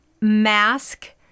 mask